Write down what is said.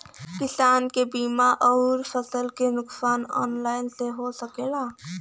किसान के बीमा अउर फसल के नुकसान ऑनलाइन से हो सकेला?